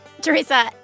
Teresa